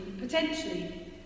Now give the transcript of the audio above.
potentially